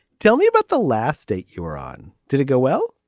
tell me about the last date you were on. did it go well.